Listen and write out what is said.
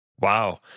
Wow